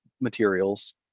materials